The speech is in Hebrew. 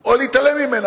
או להתעלם ממנה.